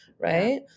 right